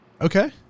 okay